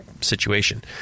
situation